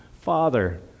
Father